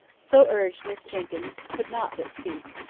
so urged miss jenkyns could not but speak.